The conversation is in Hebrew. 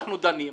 אנחנו דנים,